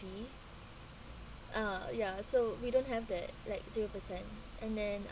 fee uh ya so we don't have that like zero-per cent and then